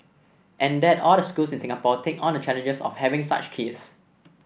and that all the schools in Singapore take on the challenges of having such kids